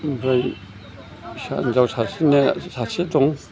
ओमफ्राय फिसा हिन्जाव सासेनो सासे दं